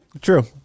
True